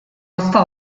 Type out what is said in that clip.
ozta